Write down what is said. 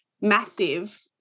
massive